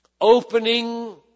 opening